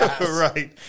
Right